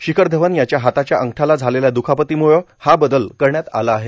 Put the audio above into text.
शिखर धवन यांच्या हाताच्या अंगठ्याला झालेल्या द्खापतीम्ळं हा बदल करण्यात आला आहे